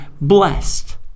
blessed